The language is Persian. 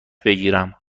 بگیرم